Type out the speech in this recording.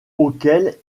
auquel